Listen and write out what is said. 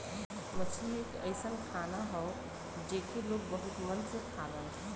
मछरी एक अइसन खाना हौ जेके लोग बहुत मन से खालन